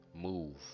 move